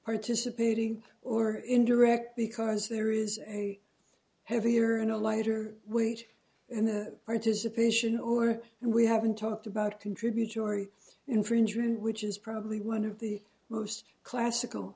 participating or indirect because there is a heavier and a lighter weight in the participation or we haven't talked about contributory infringement which is probably one of the most classical